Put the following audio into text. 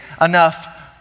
enough